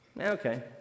Okay